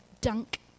dunk